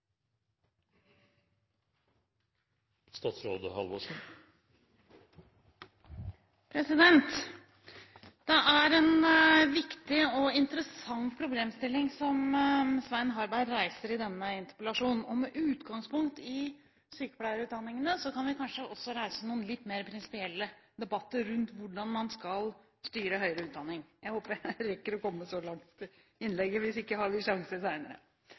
Harberg reiser i denne interpellasjonen. Med utgangspunkt i sykepleierutdanningene kan vi kanskje også reise noen litt mer prinsipielle debatter rundt hvordan man skal styre høyere utdanning. Jeg håper jeg rekker å komme så langt i innlegget – hvis ikke, har vi